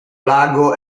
lago